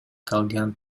калган